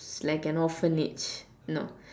like an orphanage no